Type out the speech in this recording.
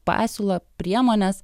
pasiūlą priemones